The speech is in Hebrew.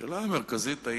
השאלה המרכזית היא,